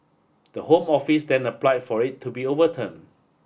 the Home Office then applied for it to be overturned